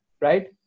right